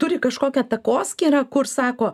turi kažkokią takoskyrą kur sako